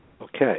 Okay